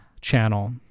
channel